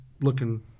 looking